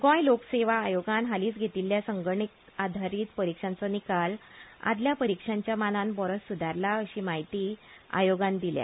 गोंय लोकसेवा आयोगान हालींच घेतिल्ल्या संगणक आदारीत परिक्षांचो निकाल आदल्या परिक्षांच्या मानान बरोच सुदारलाअशें म्हायती आयोगान दिल्या